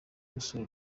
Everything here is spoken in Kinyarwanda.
gusura